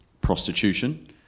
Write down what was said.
prostitution